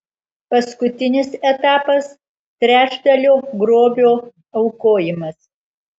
paskutinis etapas trečdalio grobio aukojimas